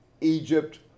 Egypt